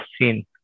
seen